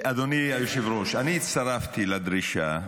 אדוני היושב-ראש, אני הצטרפתי לדרישה.